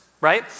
right